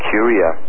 Curia